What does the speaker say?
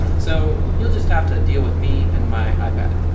so, you'll just have to deal with me and my ipad.